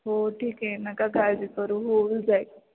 हो ठीके नका काळजी करू हो होऊन जाईल